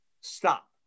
stop